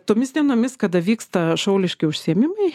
tomis dienomis kada vyksta šauliški užsiėmimai